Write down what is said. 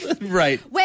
Right